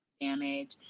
damage